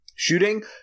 shooting